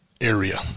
area